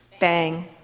bang